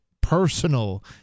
personal